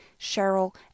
Cheryl